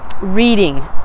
reading